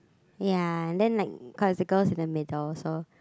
ya then like cause the girl is in the middle so